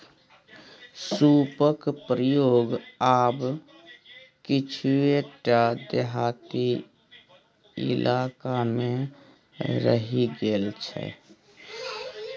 सूपक प्रयोग आब किछुए टा देहाती इलाकामे रहि गेल छै